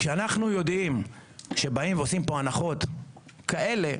וכשאנחנו יודעים שבאים ועושים פה הנחות כאלה,